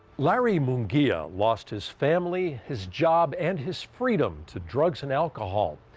larry munguia lost his family, his job and his freedom to drugs and alcohol.